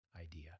idea